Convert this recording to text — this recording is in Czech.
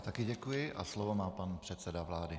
Taky děkuji a slovo má pan předseda vlády.